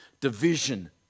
division